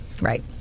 Right